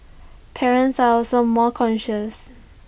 parents are also more cautious